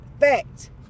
fact